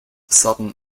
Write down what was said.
sudden